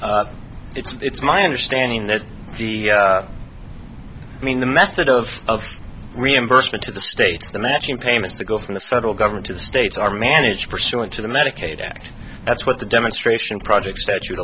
administered it's my understanding that the i mean the method of of reimbursement to the states the matching payments to go from the federal government to the states are managed pursuant to the medicaid act that's what the demonstration project statute